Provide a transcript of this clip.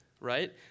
right